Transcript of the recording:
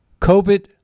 COVID